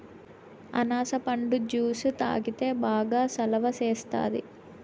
అనాస పండు జ్యుసు తాగితే బాగా సలవ సేస్తాది